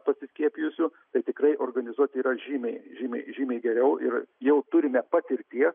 pasiskiepijusių tai tikrai organizuoti yra žymiai žymiai žymiai geriau ir jau turime patirties